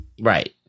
Right